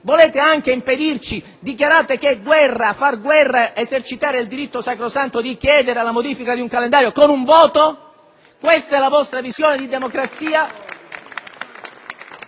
volete anche impedirci di fare ciò, dichiarando che è far guerra esercitare il diritto sacrosanto di chiedere la modifica del calendario con un voto? Questa è la vostra visione di democrazia?